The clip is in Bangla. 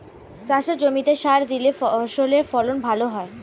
চাষের জমিতে সার দিলে ফসলের ফলন ভালো হয়